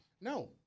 No